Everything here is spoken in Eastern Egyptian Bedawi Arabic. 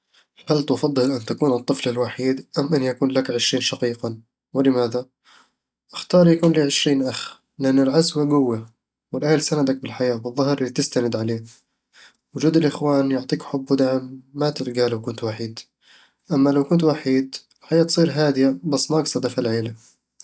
هل تفضل أن تكون الطفل الوحيد أم أن يكون لك عشرين شقيقًا؟ ولماذا؟ أختار يكون لي عشرين اخ لأن العزوة قوة، والأهل سندك بالحياة والظهر اللي تستند عليه وجود الإخوان يعطيك حُب ودعم ما تلقاه لو كنت وحيد أما لو كنت وحيد، الحياة تصير هادية بس ناقصة دفا العيلة